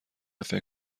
فکر